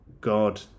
God